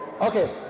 Okay